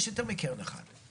יש יותר מקרן אחת.